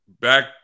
back